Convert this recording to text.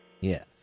Yes